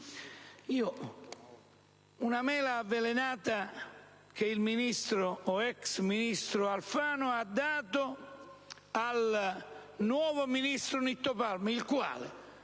Una mela avvelenata che il ministro, o ex ministro, Alfano ha dato al nuovo ministro Nitto Palma il quale,